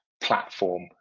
platform